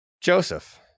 Joseph